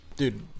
dude